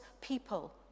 people